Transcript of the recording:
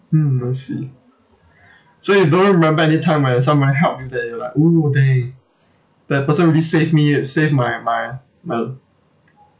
mm I see so you don't remember any time when somebody helped you that you like !oo! they that person really save me save my my my